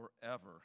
forever